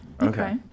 Okay